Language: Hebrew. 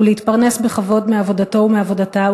ולהתפרנס בכבוד מעבודתו ומעבודתה,